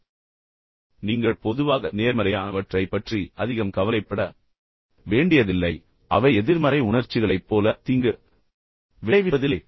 எனவே நீங்கள் பொதுவாக நேர்மறையானவற்றைப் பற்றி அதிகம் கவலைப்பட வேண்டியதில்லை ஏனெனில் அவை எதிர்மறை உணர்ச்சிகளைப் போல தீங்கு விளைவிப்பதில்லை